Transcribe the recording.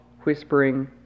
whispering